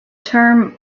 term